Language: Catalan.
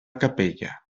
capella